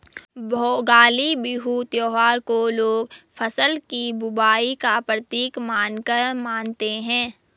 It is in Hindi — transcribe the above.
भोगाली बिहू त्योहार को लोग फ़सल की बुबाई का प्रतीक मानकर मानते हैं